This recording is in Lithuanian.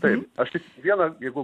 taip aš tik vieną jeigu